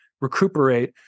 recuperate